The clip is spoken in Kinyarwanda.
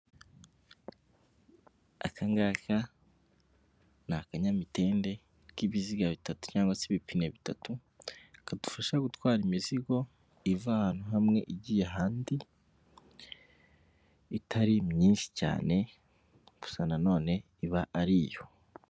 Akangaka ni akanyamitende k'ibiziga bitatu cyangwa se ibipine bitatu, kadufasha gutwara imizigo iva ahantu hamwe igiye ahandi itari myinshi cyane gusa na none iba ari iyo.